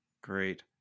Great